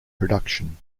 production